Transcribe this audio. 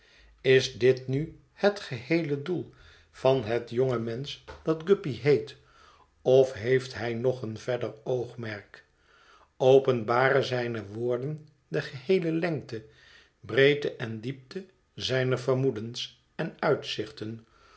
is dit nu het geheele doel van het jonge mensch dat guppy heet of heeft hij nog een verder oogmerk openbaren zijne woorden de geheele lengte breedte en diepte zijner vermoedens en uitzichten